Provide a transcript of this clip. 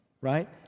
right